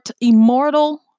immortal